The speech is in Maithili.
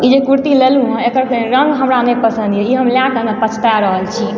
ई जे कुर्ती लेलहुँ हँ एकर रङ्ग हमरा नहि पसन्द यऽ ई हम लएकऽ न पछता रहल छी